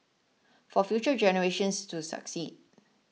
for future generations to succeed